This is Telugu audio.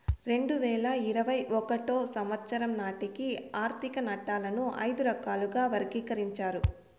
రెండు వేల ఇరవై ఒకటో సంవచ్చరం నాటికి ఆర్థిక నట్టాలను ఐదు రకాలుగా వర్గీకరించారు